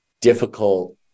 difficult